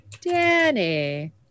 danny